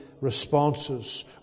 responses